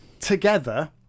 together